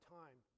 time